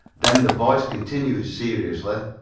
then the voice continued seriously,